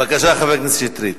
בבקשה, חבר הכנסת שטרית.